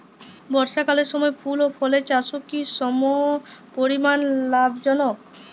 বর্ষাকালের সময় ফুল ও ফলের চাষও কি সমপরিমাণ লাভজনক?